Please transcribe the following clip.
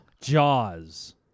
jaws